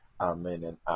amen